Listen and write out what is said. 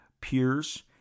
peers